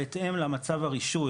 בהתאם למצב הרישוי,